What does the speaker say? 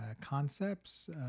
concepts